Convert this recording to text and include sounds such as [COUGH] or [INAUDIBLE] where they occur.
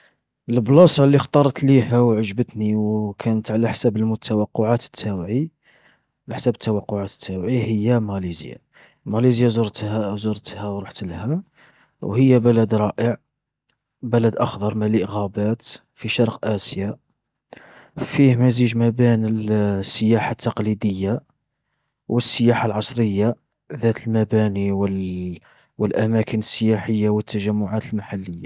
البلاصة اللي اخطرت ليها وعجبتني وكانت على حسب المتوقعات التواعي، على حسب المتوقعات التواعي، هي ماليزيا. ماليزيا زرتها [HESITATION] زرتها ورحتلها، وهي بلد رائع، بلد أخضر مليء غابات، في شرق آسيا، فيه مزيج ما بين [HESITATION] السياحة التقليدية والسياحة العصرية، ذات المباني و [HESITATION] و الاماكن السياحية والتجمعات المحلية.